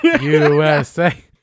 USA